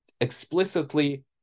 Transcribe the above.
explicitly